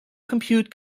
compute